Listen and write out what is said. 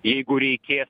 jeigu reikės